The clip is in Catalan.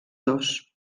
dos